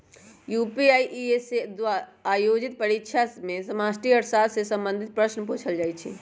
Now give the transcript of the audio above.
UPSC द्वारा आयोजित परीक्षा में समष्टि अर्थशास्त्र से संबंधित प्रश्न पूछल जाइ छै